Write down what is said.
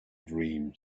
dream